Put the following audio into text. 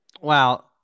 wow